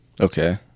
Okay